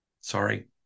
Sorry